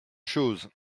chose